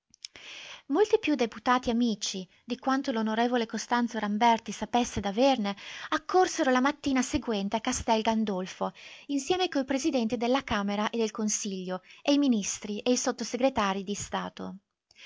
molti più deputati amici di quanto l'on costanzo ramberti sapesse d'averne accorsero la mattina seguente a castel gandolfo insieme coi presidenti della camera e del consiglio e i ministri e i sotto-segretarii di stato